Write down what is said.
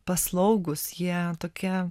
paslaugūs jie tokie